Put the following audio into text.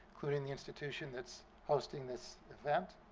including the institution that's hosting this event.